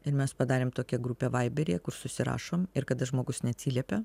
ir mes padarėm tokią grupę vaiberyje kur susirašom ir kada žmogus neatsiliepia